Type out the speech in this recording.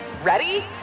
Ready